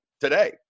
today